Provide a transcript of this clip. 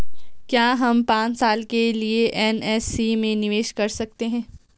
क्या हम पांच साल के लिए एन.एस.सी में निवेश कर सकते हैं?